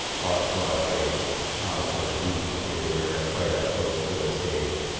off-broadway house or a regional theatre where you're right up close to a stage,